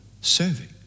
serving